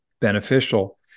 beneficial